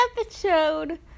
episode